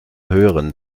höheren